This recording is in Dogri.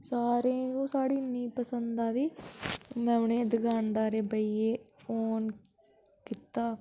सारें ई ओह् साड़ी इन्नी पंसद आई दी में उनें दकानदारें भैया फोन कीता